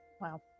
Wow